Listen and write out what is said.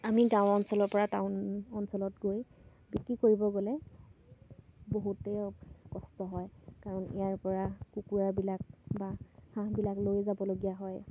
আমি গাঁও অঞ্চলৰপৰা টাউন অঞ্চলত গৈ বিক্ৰী কৰিব গ'লে বহুতে কষ্ট হয় কাৰণ ইয়াৰপৰা কুকুৰাবিলাক বা হাঁহবিলাক লৈ যাবলগীয়া হয়